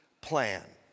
plan